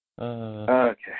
Okay